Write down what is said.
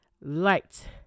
Light